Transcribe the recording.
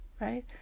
right